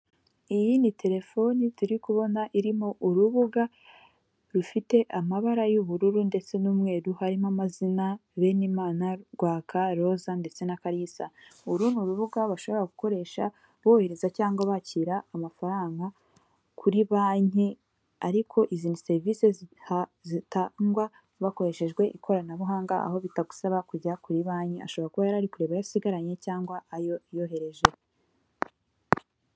Iyi ni telefoni turi kubona irimo urubuga rufite amabara y'ubururu ndetse n'umweru harimo amazina Benimana, Rwaka, Roza ndetse na Kalisa urundi rubuga bashobora gukoresha bohereza cyangwa bakira amafaranga kuri banki ariko izi ni serivisi zitangwa hakoreshejwe ikoranabuhanga aho bitagusaba kujya kuri banki ashobora kuba yarari kureba ayo asigaranye cyangwa ayo yohereje.